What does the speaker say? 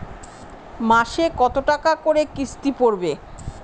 মাসে কত টাকা করে কিস্তি পড়বে?